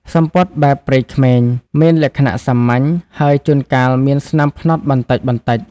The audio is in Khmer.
សំពត់បែបព្រៃក្មេង មានលក្ខណៈសាមញ្ញ ហើយជួនកាលមានស្នាមផ្នត់បន្តិចៗ។